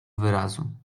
wyrazu